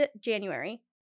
January